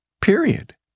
period